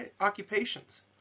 occupations